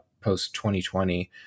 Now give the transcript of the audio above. post-2020